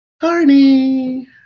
Carney